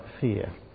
fear